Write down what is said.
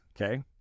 Okay